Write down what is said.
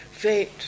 fate